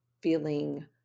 feeling